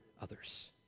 others